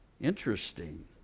interesting